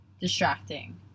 distracting